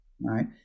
right